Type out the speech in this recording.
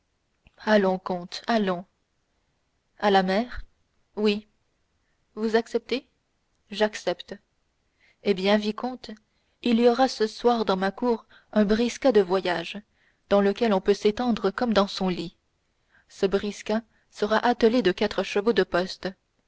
allons comte allons à la mer oui vous acceptez j'accepte eh bien vicomte il y aura ce soir dans ma cour un briska de voyage dans lequel on peut s'étendre comme dans son lit ce briska sera attelé de quatre chevaux de poste